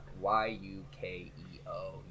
Y-U-K-E-O